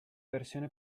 versione